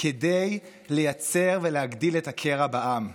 כדי לייצר ולהגדיל את הקרע בעם: